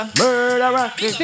murderer